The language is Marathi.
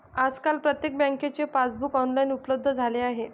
आजकाल प्रत्येक बँकेचे पासबुक ऑनलाइन उपलब्ध झाले आहे